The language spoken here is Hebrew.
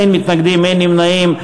אין מתנגדים ואין נמנעים.